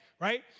right